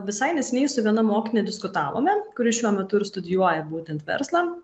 visai neseniai su viena mokine diskutavome kuri šiuo metu ir studijuoja būtent verslą